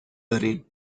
داریم